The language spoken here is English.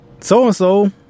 so-and-so